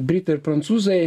britai ir prancūzai